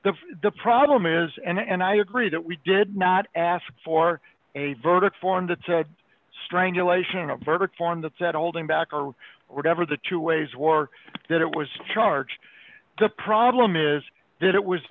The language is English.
the the problem is and i agree that we did not ask for a verdict form that said strangulation a verdict form that said holding back or whatever the two ways war that it was charged the problem is that it was